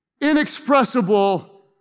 inexpressible